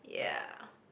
ya